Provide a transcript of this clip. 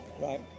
right